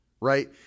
right